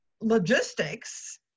logistics